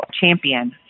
champion